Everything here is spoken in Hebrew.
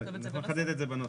לחדד את זה בנוסח.